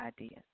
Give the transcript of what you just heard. ideas